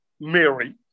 Mary